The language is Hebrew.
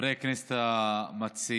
חברי הכנסת המציעים,